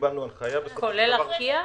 כולל ארקיע?